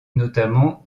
notamment